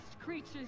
creatures